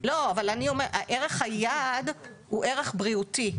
ערך היעד הוא ערך בריאותי